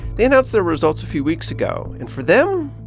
they announced their results a few weeks ago. and for them,